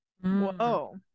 Whoa